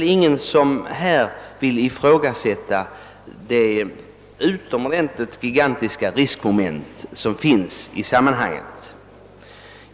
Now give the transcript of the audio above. Ingen vill väl ifrågasätta de gigantiska riskmomenten. Herr talman!